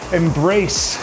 embrace